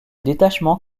détachement